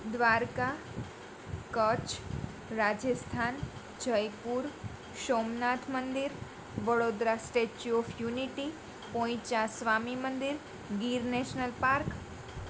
દ્વારકા કચ્છ રાજસ્થાન જયપુર સોમનાથ મંદિર Vadodara statue of unity Poicha સ્વામી મંદિર ગીર નેશનલ પાર્ક